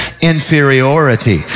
inferiority